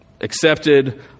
accepted